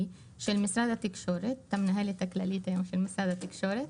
של משרד התקשורת היום של המנהלת הכללית של משרד התקשורת